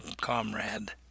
comrade